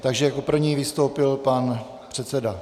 Takže jako první vystoupil pan předseda...